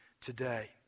today